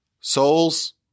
souls